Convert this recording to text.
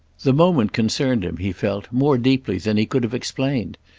the moment concerned him, he felt, more deeply than he could have explained,